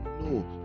no